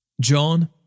John